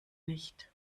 nicht